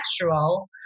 natural